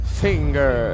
finger